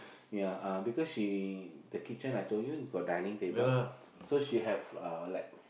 ya uh because she the kitchen I told you got dining table so she have uh like